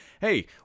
hey